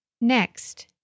Next